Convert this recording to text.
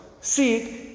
Seek